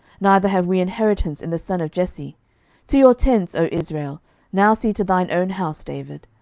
neither have we inheritance in the son of jesse to your tents, o israel now see to thine own house, david.